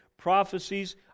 Prophecies